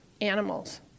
animals